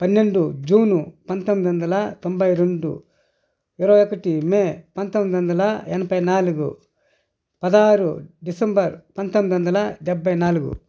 పన్నెండు జును పంతొమ్మిది వందల తొంబై రెండు ఇరవై ఒకటి మే పంతొమ్మిది వందల ఎనభై నాలుగు పదహారు డిసెంబర్ పంతొమ్మిది వందల డెబ్బై నాలుగు